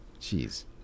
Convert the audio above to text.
Jeez